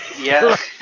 Yes